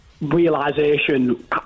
realisation